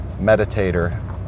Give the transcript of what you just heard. meditator